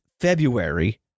February